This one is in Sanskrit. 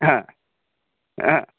हा हा